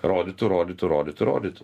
rodytų rodytų rodytų rodytų